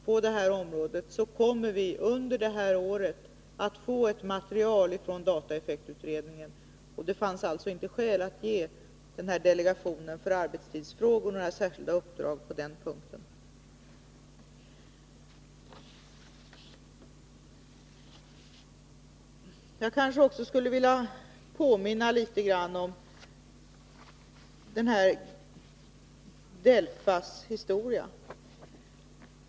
På det här området kommer vi under detta år att få ett material från dataeffektutredningen. Det fanns således inte skäl att ge delegationen för arbetstidsfrågor något särskilt uppdrag på den punkten. Jag vill också något påminna om DELFA:s historia.